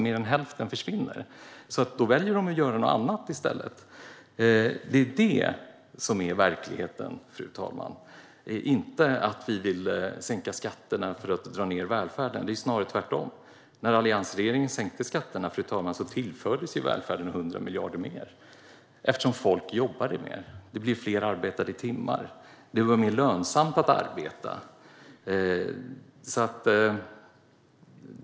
Mer än hälften försvinner. Då väljer de att göra något annat i stället. Det är detta som är verkligheten, fru talman, inte att vi vill sänka skatterna för att dra ned välfärden. Snarare är det tvärtom: När alliansregeringen sänkte skatterna tillfördes ju välfärden 100 miljarder mer eftersom folk jobbade mer. Det blev fler arbetade timmar. Det var mer lönsamt att arbeta.